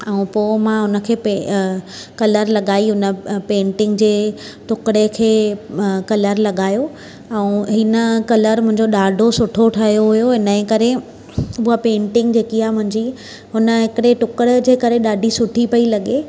ऐं पोइ मां हुनखे पिए कलर लॻाई हुन पेइंटिंग जे टुकड़े खे कलर लॻायो ऐं हिन कलर मुंहिंजो ॾाढो सुठो ठहियो हुयो हिन करे हूअ पेइटिंग जेकी आहे मुंहिंजी हुन हिकिड़े टुकड़ जे करे ॾाढी सुठी पई लॻे